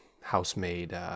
house-made